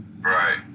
Right